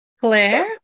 Claire